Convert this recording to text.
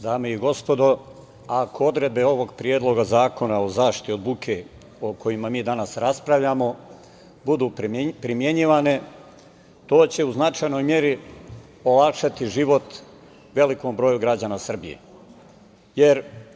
Dame i gospodo narodni poslanici, ako odredbe ovog predloga zakona o zaštiti od buke, o kojem mi danas raspravljamo, budu primenjivane to će u značajnoj meri olakšati život velikom broju građana Republike Srbije.